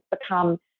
become